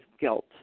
guilt